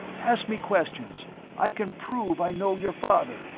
ask me questions i can prove i know your father